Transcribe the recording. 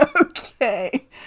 Okay